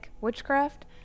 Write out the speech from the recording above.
witchcraft